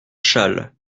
challe